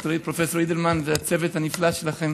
פרופ' אילדמן והצוות הנפלא שלכם,